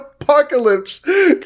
apocalypse